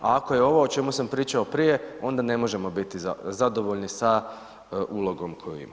A ako je ovo o čemu sam pričao prije, onda ne možemo biti zadovoljni sa ulogom koju ima.